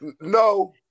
No